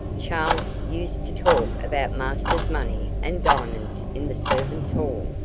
charles used to talk about master's money and diamonds in the servants' hall.